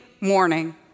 morning